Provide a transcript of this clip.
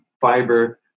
fiber